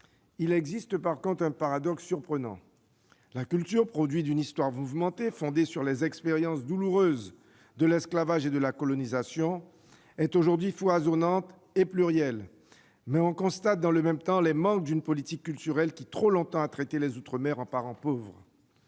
il existe un paradoxe surprenant : la culture, produit d'une histoire mouvementée, fondée sur les expériences douloureuses de l'esclavage et de la colonisation, est foisonnante et plurielle, mais nous constatons dans le même temps les manques d'une politique culturelle qui, trop longtemps, a traité les outre-mer en parents pauvres.